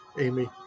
amy